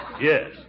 Yes